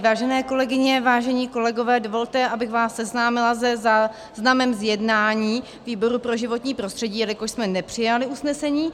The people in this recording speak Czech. Vážené kolegyně, vážení kolegové, dovolte, abych vás seznámila se záznamem z jednání výboru pro životní prostředí, jelikož jsme nepřijali usnesení.